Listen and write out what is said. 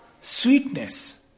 sweetness